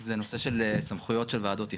זה נושא של סמכויות של ועדות תכנון.